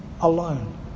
alone